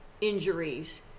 injuries